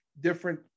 different